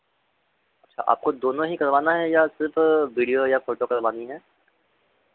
अच्छा आपको दोनों ही करवाना है या सिर्फ विडियो या फ़ोटो करवानी है